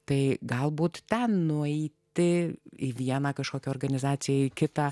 tai galbūt ten nueiti tai į vieną kažkokiai organizacijai kitą